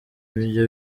ibyo